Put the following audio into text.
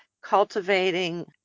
cultivating